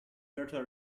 virtual